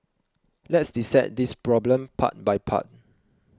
let's dissect this problem part by part